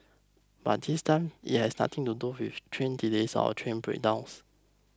but this time it has nothing to do with train delays or train breakdowns